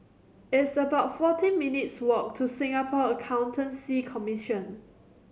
it's about forty minutes' walk to Singapore Accountancy Commission